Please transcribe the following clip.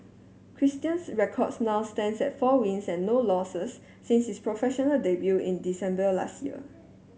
Christian's records now stands at four wins and no losses since his professional debut in December last year